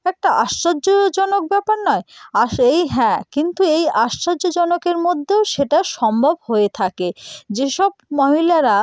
একটা আশ্চর্যজনক ব্যাপার নয় আর সেই হ্যাঁ কিন্তু এই আশ্চর্যজনকের মধ্যেও সেটা সম্ভব হয়ে থাকে যেসব মহিলারা